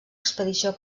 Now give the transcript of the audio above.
expedició